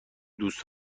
دوست